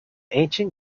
ancient